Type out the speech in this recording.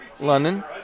london